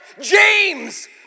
James